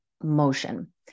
motion